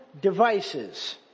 devices